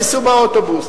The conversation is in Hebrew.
ייסעו באוטובוס.